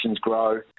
grow